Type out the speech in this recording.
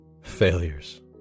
Failures